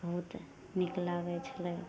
बहुत नीक लागै छलै